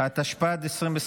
התשפ"ד 2024,